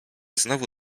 znowu